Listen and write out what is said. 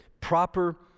proper